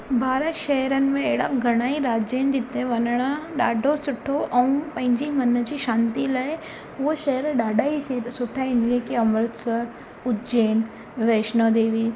भारत शहरनि में अहिड़ा घणेई राज्य आहिनि जिते वञणु ॾाढो सुठो ऐं पंहिंजी मन जी शांती लाइ उहा शहर ॾाढा ई सुठा आहिनि जीअं की अमृतसर उज्जैन वैष्णो देवी